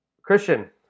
Christian